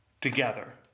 together